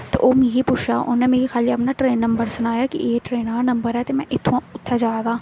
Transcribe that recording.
ते ओह् मिगी पुच्छा दा उन्नै मिगी खाल्ली अपना ट्रेन नम्बर सनाया कि एह् ट्रेना दा नम्बर ऐ ते में इत्थुआं उत्थे जा दा आं